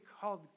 called